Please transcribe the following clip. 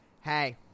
Hey